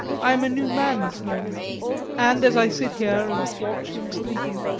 i am a new man this morning and, as i sit here and watch him sleeping,